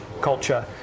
culture